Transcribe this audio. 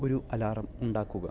ഒരു അലാറം ഉണ്ടാക്കുക